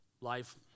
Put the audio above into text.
life